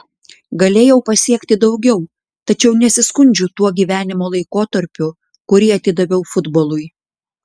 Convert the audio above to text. galėjau pasiekti daugiau tačiau nesiskundžiu tuo gyvenimo laikotarpiu kurį atidaviau futbolui